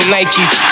Nikes